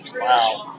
Wow